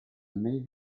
navy